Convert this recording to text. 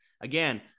again